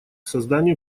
созданию